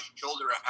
shoulder